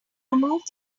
removed